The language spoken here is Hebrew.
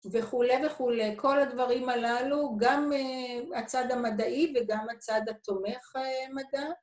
לא הבנתי מה קורה פה